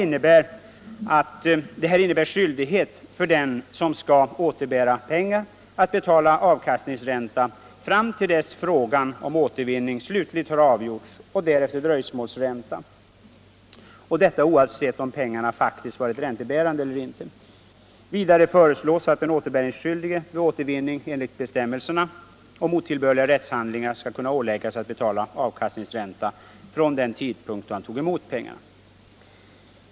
Det här innebär skyldighet för den som skall återbära pengar att betala avkastningsränta fram till dess frågan om återvinning slutligt har avgjorts och därefter dröjsmålsränta — detta oavsett om pengarna faktiskt varit räntebärande eller inte. Vidare föreslås att den återbäringsskyldige vid återvinning enligt bestämmelserna om otillbörliga rättshandlingar skall kunna åläggas att betala avkastningsränta från den tidpunkt då han tog emot pengarna.